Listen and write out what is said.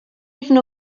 even